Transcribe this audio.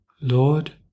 Lord